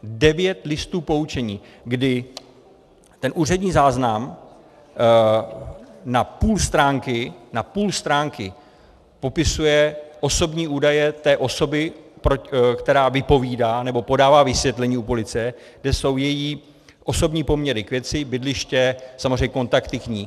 Devět listů poučení, kdy ten úřední záznam na půl stránky, na půl stránky popisuje osobní údaje té osoby, která vypovídá nebo podává vysvětlení u policie, kde jsou její osobní poměry k věci, bydliště, samozřejmě kontakty k ní.